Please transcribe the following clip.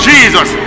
Jesus